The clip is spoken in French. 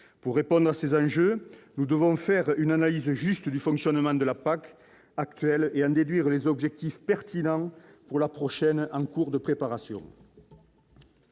Pour répondre à ces défis, nous devons faire une analyse juste du fonctionnement de la PAC actuelle et en déduire les objectifs pertinents pour la prochaine, en cours de préparation.